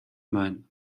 маань